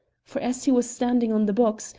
for as he was standing on the box,